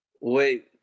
Wait